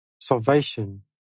Salvation